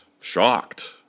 shocked